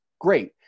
great